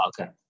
Okay